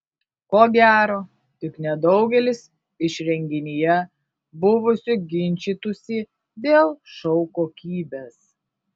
ko gero tik nedaugelis iš renginyje buvusių ginčytųsi dėl šou kokybės